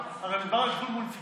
הרי מדובר על שטח מוניציפלי,